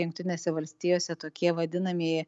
jungtinėse valstijose tokie vadinamieji